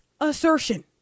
assertion